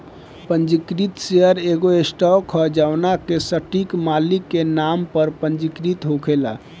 पंजीकृत शेयर एगो स्टॉक ह जवना के सटीक मालिक के नाम पर पंजीकृत होखेला